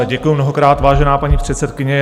Děkuju mnohokrát, vážená paní předsedkyně.